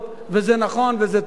וזה נכון וזה טוב.